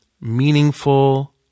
meaningful